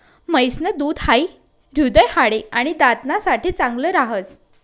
म्हैस न दूध हाई हृदय, हाडे, आणि दात ना साठे चांगल राहस